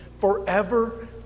forever